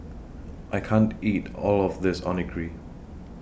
I can't eat All of This Onigiri